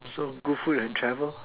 so good food and travel